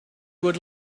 would